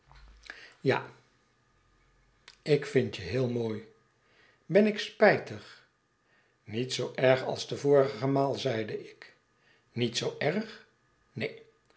ja ik vind je heel mooi ben ik spijtig niet zoo erg als de vorige maal zeide ik niet zoo erg neen